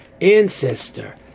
ancestor